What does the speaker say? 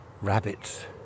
rabbits